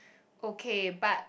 okay but